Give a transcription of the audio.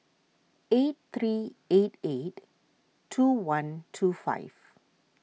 eight three eight eight two one two five